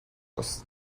است